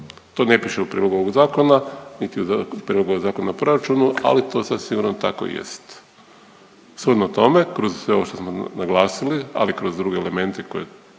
To ne piše u prijedlogu ovog zakona, niti u prijedlogu Zakona o proračunu, ali to sasvim sigurno tako jest. Shodno tome kroz sve ovo što smo naglasili, ali kroz druge elemente koje